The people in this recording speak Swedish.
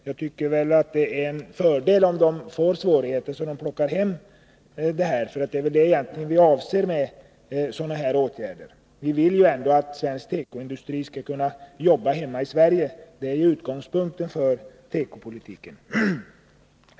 Jag tycker att det är en fördel, om dessa företag får svårigheter så att de plockar hem tillverkningen. Det är ju detta vi egentligen avser med denna åtgärd. Vi vill ändå att svensk tekoindustri skall kunna jobba hemma i Sverige. Det är utgångspunkten för tekopolitiken.